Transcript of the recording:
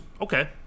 okay